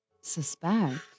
Suspect